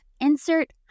insert